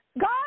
God